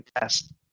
test